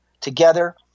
together